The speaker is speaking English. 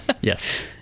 Yes